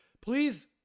Please